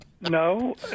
No